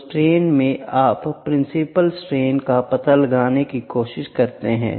तो स्ट्रेन से आप प्रिंसिपल स्ट्रेन का पता लगाने की कोशिश कर सकते हैं